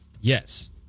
Yes